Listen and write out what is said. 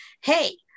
Hey